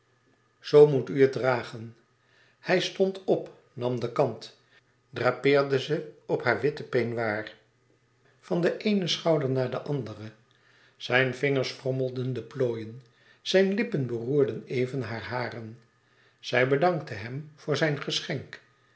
z moet u het dragen hij stond op nam de kant drapeerde ze op haar witten peignoir van den eenen schouder naar den anderen zijne vingers frommelden de plooien zijn lippen beroerden even hare haren zij bedankte hem voor zijn geschenk